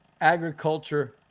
agriculture